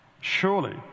Surely